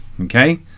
Okay